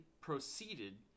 proceeded